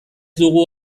dugu